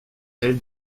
elle